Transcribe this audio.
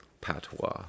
patois